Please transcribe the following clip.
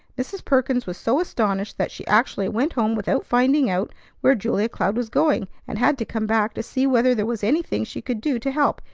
mrs. perkins was so astonished that she actually went home without finding out where julia cloud was going, and had to come back to see whether there was anything she could do to help,